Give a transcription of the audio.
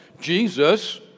Jesus